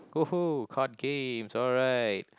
!woohoo! card games alright